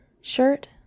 Shirt